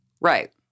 Right